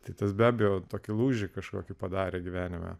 tai tas be abejo tokį lūžį kažkokį padarė gyvenime